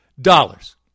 dollars